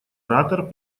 оратор